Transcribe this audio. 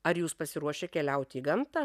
ar jūs pasiruošę keliauti į gamtą